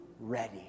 ready